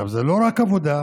זה לא רק עבודה,